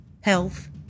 health